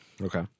Okay